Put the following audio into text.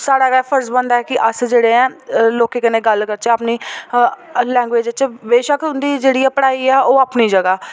साढ़ा गै फर्ज बनदा ऐ कि अस जेह्ड़े ऐं लोकें कन्नै गल्ल करचै अपनी लैंग्वेज च बेशक्क उं'दी जेहड़ी पढ़ाई ऐ ओह् अपनी जगह् ऐ